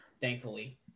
thankfully